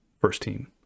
first-team